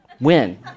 win